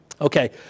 Okay